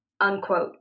unquote